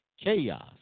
chaos